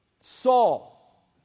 Saul